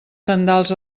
tendals